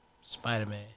Spider-Man